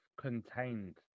contained